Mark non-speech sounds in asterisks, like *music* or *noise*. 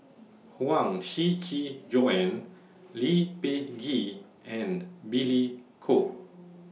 *noise* Huang Shiqi Joan Lee Peh Gee and Billy Koh